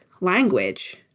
language